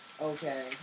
Okay